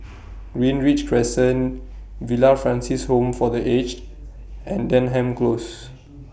Greenridge Crescent Villa Francis Home For The Aged and Denham Close